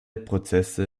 prozesse